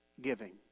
giving